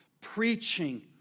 preaching